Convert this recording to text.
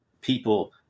people